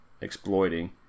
exploiting